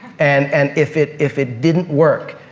and and if it if it didn't work,